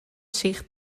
zich